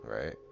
right